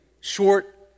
short